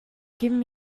giving